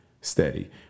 steady